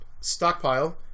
Stockpile